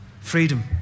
Freedom